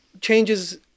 changes